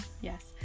yes